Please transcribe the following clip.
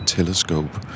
Telescope